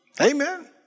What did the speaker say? Amen